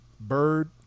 Bird